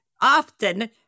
often